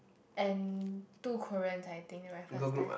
and two Korean I think at the first time